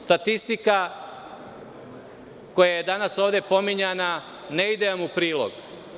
Statistika koja je danas ovde pominjana ne ide vam u prilog.